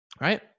right